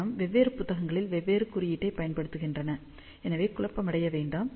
காரணம் வெவ்வேறு புத்தகங்களில் வெவ்வேறு குறியீட்டைப் பயன்படுத்துகின்றன எனவே குழப்பமடைய வேண்டாம்